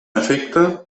efecte